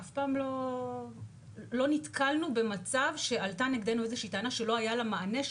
אף פעם לא נתקלנו במצב שעלתה נגדנו איזו שהיא טענה שלא היה לה מענה,